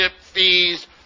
fees